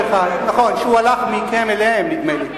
נכון שהוא הלך מכם אליהם, נדמה לי.